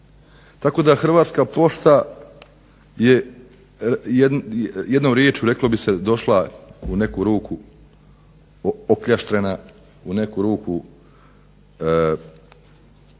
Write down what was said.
Tako da Hrvatske pošta je jednom riječju reklo bi se došla u neku ruku okljaštrena u obliku u onom